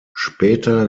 später